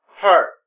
hurt